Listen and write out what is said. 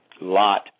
Lot